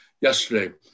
yesterday